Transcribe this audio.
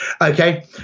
okay